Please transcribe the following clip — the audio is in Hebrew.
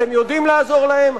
אתם יודעים לעזור להם,